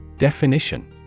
Definition